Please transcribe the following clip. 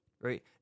right